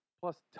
Plus